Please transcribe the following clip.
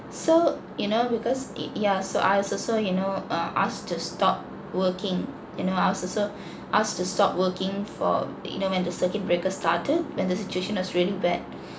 so you know because it yeah so I was also you know uh asked to stop working you know I was also asked to stop working for you know when the circuit breaker started when the situation was really bad